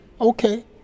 Okay